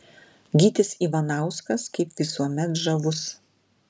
gytis ivanauskas kaip visuomet žavus